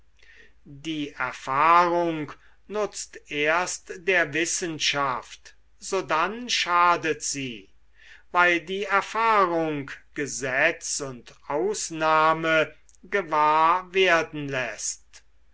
die erfahrung nutzt erst der wissenschaft sodann schadet sie weil die erfahrung gesetz und ausnahme gewahr werden läßt